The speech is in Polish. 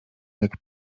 jak